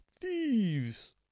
thieves